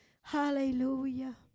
Hallelujah